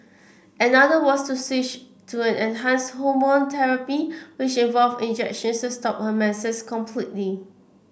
another was to switch to an enhanced hormone therapy which involved injections to stop her menses completely